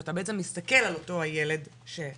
כשאתה בעצם מסתכל על אותו הילד שהיית,